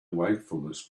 wakefulness